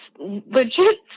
legit